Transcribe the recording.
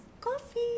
coffee